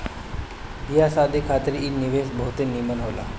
बियाह शादी खातिर इ निवेश बहुते निमन होला